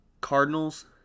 Cardinals